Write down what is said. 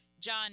John